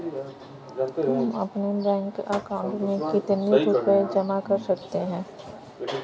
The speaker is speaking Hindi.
हम अपने बैंक अकाउंट में कितने रुपये जमा कर सकते हैं?